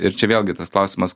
ir čia vėlgi tas klausimas